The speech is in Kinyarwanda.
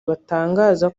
batangaza